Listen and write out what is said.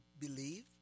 believe